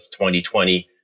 2020